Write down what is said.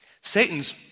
Satan's